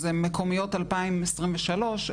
זה מקומיות 2023,